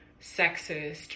sexist